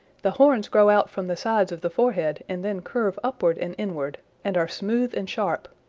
the horns grow out from the sides of the forehead and then curve upward and inward, and are smooth and sharp.